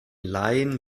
laien